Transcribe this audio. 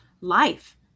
life